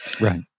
right